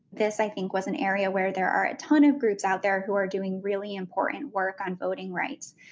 this, i think, was an area where there are a ton of groups out there who are doing really important work on voting rights,